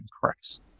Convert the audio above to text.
Christ